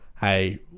hey